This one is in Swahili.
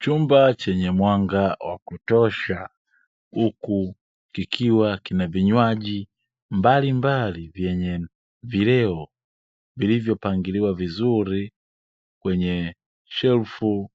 Chumba chenye mwanga wa kutosha huku kikiwa kina vinywaji mbalimbali vyenye vileo vilivyopangiliwa vizuri kwenye shelfu